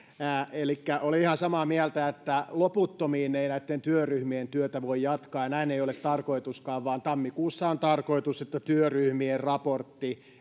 olen ihan samaa mieltä että loputtomiin ei näitten työryhmien työtä voi jatkaa ja näin ei ole tarkoituskaan vaan tarkoitus on että tammikuussa työryhmien raportti